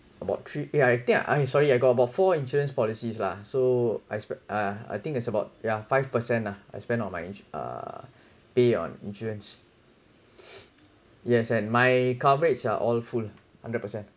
about three eh I think I eh sorry I got about insurance policies lah so I spe~ uh I think it's about yeah five per cent ah I spend on insure~ uh pay on insurance yes and my coverage are all full ah hundred percent